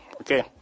Okay